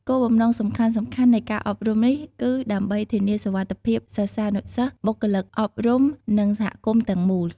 គោលបំណងសំខាន់ៗនៃការអប់រំនេះ គឺដើម្បីធានាសុវត្ថិភាពសិស្សានុសិស្ស បុគ្គលិកអប់រំ និងសហគមន៍ទាំងមូល។